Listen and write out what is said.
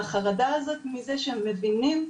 החרדה הזאת מזה שהם מבינים,